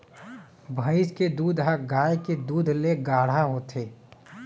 भईंस के दूद ह गाय के दूद ले गाढ़ा होथे